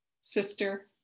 sister